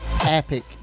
epic